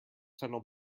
tunnel